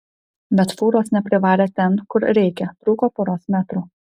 bet fūros neprivarė ten kur reikia trūko poros metrų